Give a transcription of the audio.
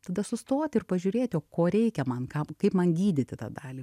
tada sustoti ir pažiūrėti o ko reikia man kam kaip man gydyti tą dalį